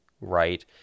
right